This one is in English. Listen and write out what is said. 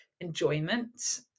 enjoyment